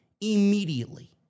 immediately